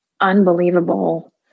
unbelievable